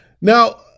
Now